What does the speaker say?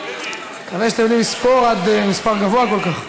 אני מקווה שאתם יודעים לספור עד מספר גבוה כל כך.